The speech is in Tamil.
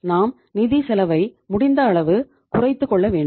நாம் நிதி சலவை முடிந்த அளவு குறைத்துக் கொள்ள வேண்டும்